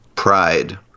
Pride